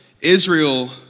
Israel